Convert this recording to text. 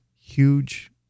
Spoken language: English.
huge